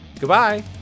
Goodbye